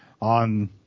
on